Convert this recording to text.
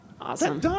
awesome